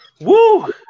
Woo